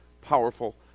powerful